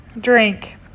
Drink